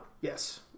Yes